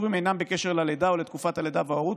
הפיטורים אינם בקשר ללידה או לתקופת הלידה וההורות,